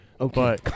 Okay